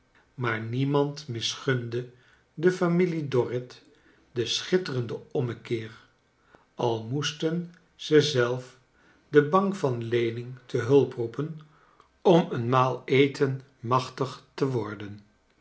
maar niemand rnisgunde der familie dorrit den schitterenden ommekeer al moesten ze zelf de bank van leaning te hulp roepen om een maal eten maohtig te warden